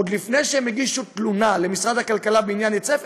עוד לפני שהם הגישו תלונה למשרד הכלכלה בעניין היצף,